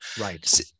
Right